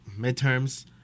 Midterms